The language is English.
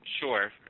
Sure